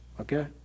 Okay